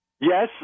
Yes